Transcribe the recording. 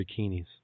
bikinis